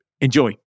enjoy